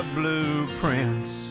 blueprints